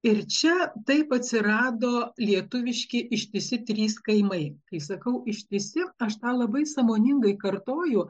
ir čia taip atsirado lietuviški ištisi trys kaimai kai sakau ištisi aš tą labai sąmoningai kartoju